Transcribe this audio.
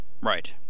Right